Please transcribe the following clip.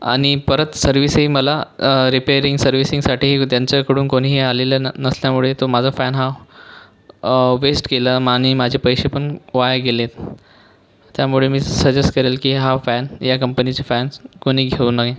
आणि परत सर्विसही मला रिपेरिंग सर्विसिंगसाठी त्यांच्याकडून कोणीही आलेले न नसल्यामुळे तो माझा फॅन हा वेस्ट गेला आणि माझे पैसे पण वाया गेलेत त्यामुळे मी सजेस्ट करेल की हा फॅन या कंपनीचे फॅन्स कोणी घेऊ नये